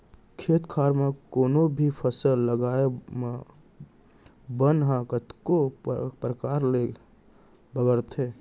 खेत खार म कोनों भी फसल लगाए म बन ह कतको परकार ले बगरथे